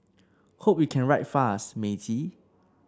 hope you can write fast matey